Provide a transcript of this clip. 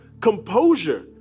composure